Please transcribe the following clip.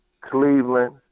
Cleveland